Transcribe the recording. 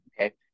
Okay